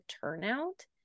turnout